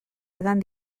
edan